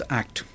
act